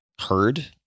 heard